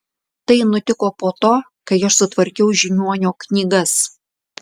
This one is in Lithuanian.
tai nutiko po to kai aš sutvarkiau žiniuonio knygas